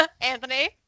Anthony